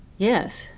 yes.